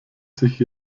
sich